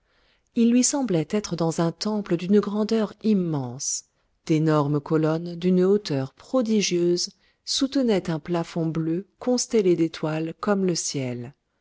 il lui semblait être dans un temple d'une grandeur immense d'énormes colonnes d'une hauteur prodigieuse soutenaient un plafond bleu constellé d'étoiles comme le ciel